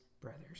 brothers